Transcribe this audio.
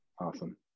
Awesome